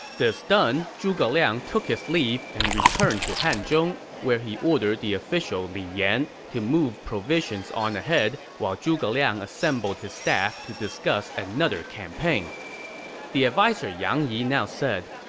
this done, zhuge liang took his leave and returned to hanzhong, where he ordered the official li yan to move provisions on ahead while zhuge liang assembled his staff to discuss another campaign the adviser yang yi now said,